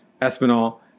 Espinal